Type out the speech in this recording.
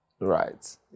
right